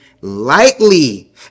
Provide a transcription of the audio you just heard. lightly